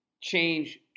change